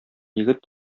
егет